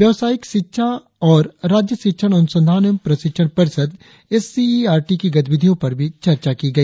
व्यवसायिक शिक्षा और राज्य शिक्षण अनुसंधान एवं प्रशिक्षण परिषद S C E R T की गतिविधियों पर भी चर्चा की गई